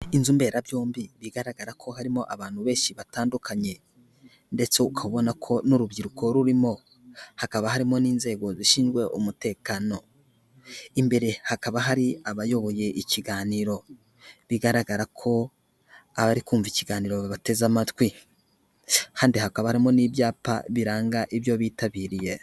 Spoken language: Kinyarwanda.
Inzu mberabyombi bigaragara ko harimo abantu benshi batandukanye, ndetse ukaba ubona ko n'urubyiruko rurimo. Hakaba harimo n'inzego zishinzwe umutekano, imbere hakaba hari abayoboye ikiganiro, bigaragara ko abari kumva ikiganiro babateze amatwi. Kandi hakaba harimo n'ibyapa biranga ibyo bitabiriye.